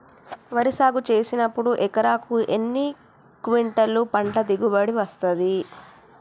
వరి సాగు చేసినప్పుడు ఎకరాకు ఎన్ని క్వింటాలు పంట దిగుబడి వస్తది?